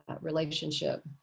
relationship